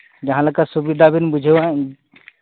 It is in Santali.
ᱡᱟᱦᱟᱸ ᱞᱮᱠᱟ ᱥᱩᱵᱤᱫᱟ ᱵᱤᱱ ᱵᱩᱡᱷᱟᱹᱣᱟ